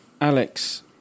Alex